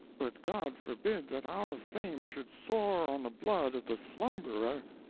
but god forbid that our fame should soar on the blood of the slumberer.